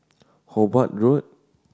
Hobart Road